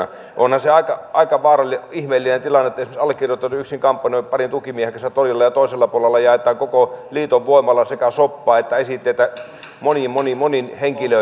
onhan se aika ihmeellinen tilanne jos esimerkiksi allekirjoittanut yksin kampanjoi parin tukimiehen kanssa torilla ja toisella puolella jaetaan koko liiton voimalla sekä soppaa että esitteitä monin monin monin henkilöin